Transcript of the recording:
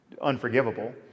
unforgivable